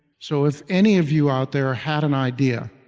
so if any of you out there had an idea,